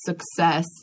success